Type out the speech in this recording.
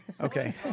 Okay